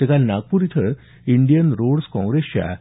ते काल नागपूर इथं इंडियन रोड्स काँग्रेसच्या